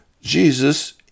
Jesus